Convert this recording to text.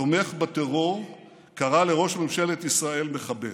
התומך בטרור קרא לראש ממשלת ישראל מחבל.